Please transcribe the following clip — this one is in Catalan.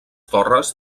torres